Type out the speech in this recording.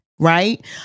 right